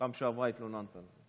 בפעם שעברה התלוננת על זה.